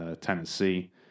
Tennessee